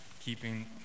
keeping